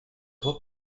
trop